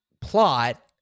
plot